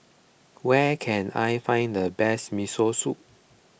where can I find the best Miso Soup